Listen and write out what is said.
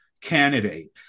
candidate